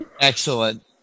Excellent